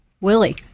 Willie